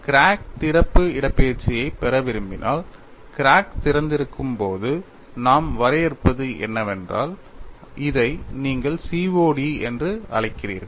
நீங்கள் கிராக் திறப்பு இடப்பெயர்ச்சியைப் பெற விரும்பினால் கிராக் திறந்திருக்கும் போது நாம் வரையறுப்பது என்னவென்றால் இதை நீங்கள் COD என்று அழைக்கிறீர்கள்